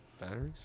batteries